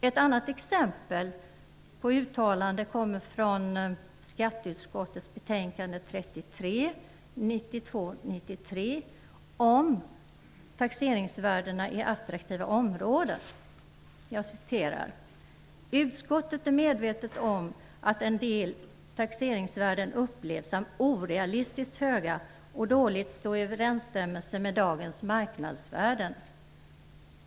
Ett annat exempel på uttalande har jag hämtat från skatteutskottets betänkande 1992/93:33, om taxeringsvärdena i attraktiva områden: ''Utskottet är medvetet om att en del taxeringsvärden upplevs orealistiskt höga och dåligt stå i överensstämmelse med dagens marknadsvärden.